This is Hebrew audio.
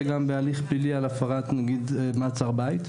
גם בהליך פלילי על הפרת נגיד מעצר בית?